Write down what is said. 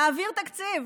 נעביר תקציב.